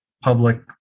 public